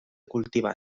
cultiva